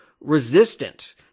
resistant